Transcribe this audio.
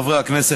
חברי הכנסת,